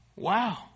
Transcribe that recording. Wow